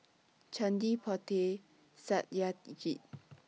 Chandi Potti and Satyajit